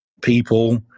people